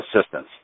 assistance